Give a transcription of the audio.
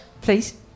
Please